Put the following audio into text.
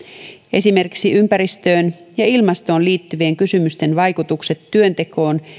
esimerkiksi ympäristöön ja ilmastoon liittyvien kysymysten vaikutukset työntekoon